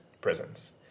prisons